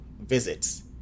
visits